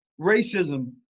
Racism